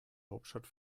hauptstadt